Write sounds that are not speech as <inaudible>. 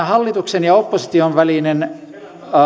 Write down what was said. <unintelligible> hallituksen ja opposition välinen